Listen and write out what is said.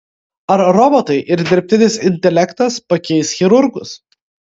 ar robotai ir dirbtinis intelektas pakeis chirurgus